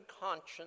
conscience